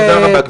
תודה רבה.